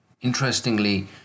Interestingly